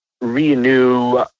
renew